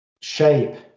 shape